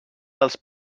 dels